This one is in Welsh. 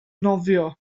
nofio